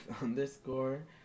underscore